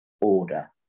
order